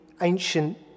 ancient